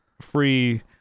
free